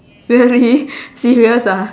really serious ah